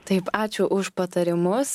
taip ačiū už patarimus